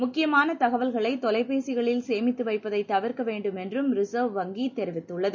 முக்கியமான தகவல்களை தொலைபேசிகளில் சேமித்து வைப்பதை தவிர்க்க வேண்டும் என்று ரிசர்வ் வங்கி தெரிவித்துள்ளது